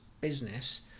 business